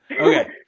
Okay